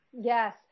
Yes